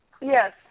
Yes